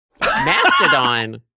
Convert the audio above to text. mastodon